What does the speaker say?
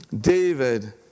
David